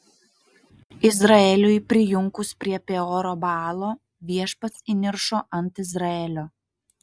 izraeliui prijunkus prie peoro baalo viešpats įniršo ant izraelio